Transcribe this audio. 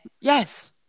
Yes